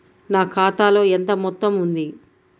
నా ఖాతాలో ఎంత మొత్తం ఉంది?